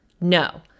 No